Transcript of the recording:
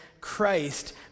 Christ